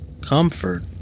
comfort